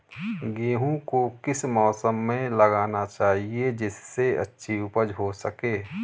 गेहूँ को किस मौसम में लगाना चाहिए जिससे अच्छी उपज हो सके?